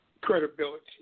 Credibility